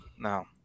No